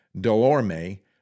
Delorme